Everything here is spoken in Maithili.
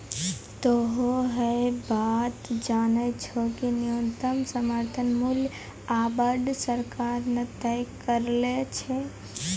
तोहों है बात जानै छौ कि न्यूनतम समर्थन मूल्य आबॅ सरकार न तय करै छै